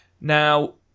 Now